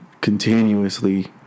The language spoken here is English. continuously